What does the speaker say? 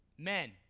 Men